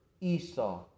Esau